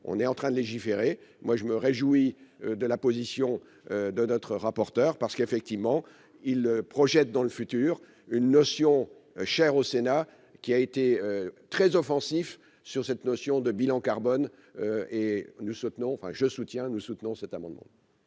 on est en train de légiférer, moi je me réjouis de la position de notre rapporteur parce qu'effectivement il projette dans le futur, une notion chère au Sénat qui a été très offensifs sur cette notion de bilan carbone et nous soutenons enfin je soutiens nous soutenons cet amendement.